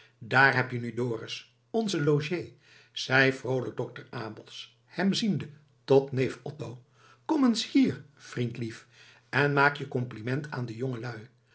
daar heb je nu dorus onzen logé zei vroolijk dokter abels hem ziende tot neef otto kom eens hier vriendlief en maak je compliment aan de jongelui